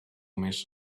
miss